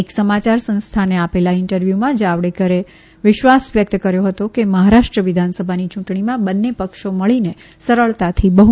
એક સમાચાર સંસ્થાને આપેલા ઇન્ટરવ્યુમાં જાવડેકરે વિશ્વાસ વ્યક્ત કર્યો હતો કે મહારાષ્ટ્ર વિધાનસભાની ચૂંટણીમાં બંને પક્ષો મળીને સરળતાથી બહ્મતી પ્રાપ્ત કરશે